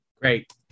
Great